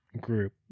group